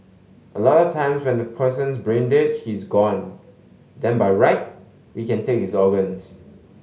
a lot of times when the person's brain dead he's gone then by right we can take his organs